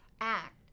act